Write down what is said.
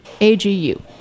AGU